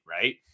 right